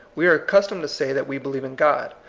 we are accustomed to say that we be lieve in god.